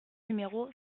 numéro